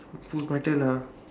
feels better lah